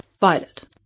Violet